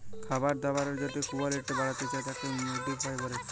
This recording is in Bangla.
খাবার দাবারের যদি কুয়ালিটি বাড়াতে চায় তাকে মডিফাই ক্যরে